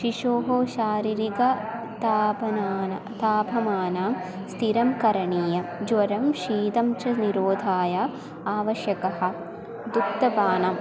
शिशोः शारिरिकतापनानां तापमानं स्थिरं करणीयं ज्वरस्य शीतस्य च निरोधाय आवश्यकः दुग्धपानम्